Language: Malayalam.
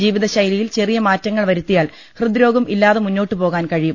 ജീവിതശൈലിയിൽ ചെറിയ മാറ്റങ്ങൾ വരുത്തിയാൽ ഹൃദ്രോഗം ഇല്ലാതെ മുന്നോട്ടുപോകാൻ കഴിയും